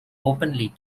openly